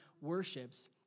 worships